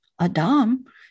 Adam